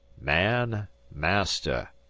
man master,